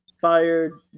fired